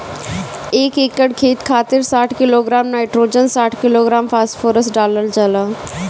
एक एकड़ खेत खातिर साठ किलोग्राम नाइट्रोजन साठ किलोग्राम फास्फोरस डालल जाला?